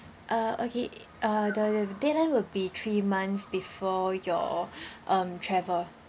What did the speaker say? uh okay uh the deadline will be three months before your um travel